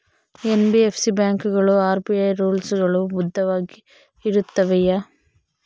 NBFC ಬ್ಯಾಂಕುಗಳು RBI rules ಗಳು ಬದ್ಧವಾಗಿ ಇರುತ್ತವೆಯ?